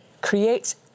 creates